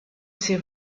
ses